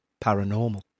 Paranormal